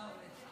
תודה.